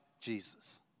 Jesus